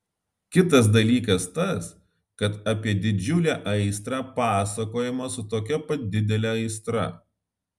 kitas dalykas tas kad apie didžiulę aistrą pasakojama su tokia pat didele aistra